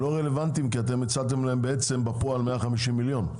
רלוונטיות כי אתם הצעתם להם בפועל 150 מיליון.